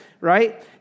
right